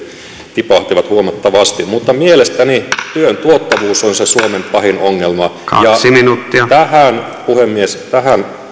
tipahtivat huomattavasti mutta mielestäni työn tuottavuus on se suomen pahin ongelma ja tähän puhemies